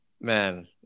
Man